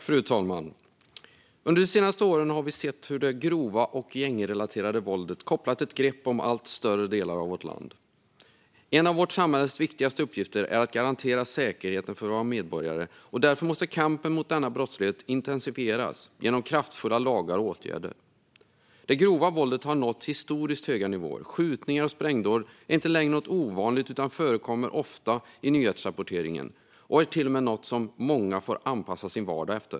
Fru talman! Under de senaste åren har vi sett hur det grova och gängrelaterade våldet har kopplat ett grepp om allt större delar av vårt land. En av vårt samhälles viktigaste uppgifter är att garantera säkerheten för våra medborgare, och därför måste kampen mot denna brottslighet intensifieras genom kraftfulla lagar och åtgärder. Det grova våldet har nått historiskt höga nivåer. Skjutningar och sprängdåd är inte längre något ovanligt utan förekommer ofta i nyhetsrapporteringen och är till och med något som många får anpassa sin vardag efter.